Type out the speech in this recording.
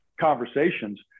conversations